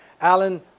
Alan